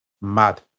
Mad